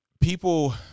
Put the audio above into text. people